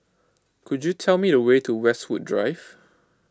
could you tell me the way to Westwood Drive